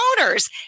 owners